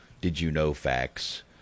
did-you-know-facts